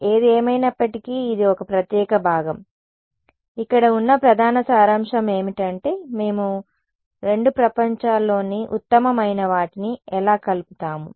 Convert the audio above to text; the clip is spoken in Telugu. ఏది ఏమైనప్పటికీ ఇది ఒక ప్రత్యేక భాగం ఇక్కడ ఉన్న ప్రధాన సారాంశం ఏమిటంటే మేము 2 ప్రపంచాల్లోని ఉత్తమమైన వాటిని ఎలా కలుపుతాము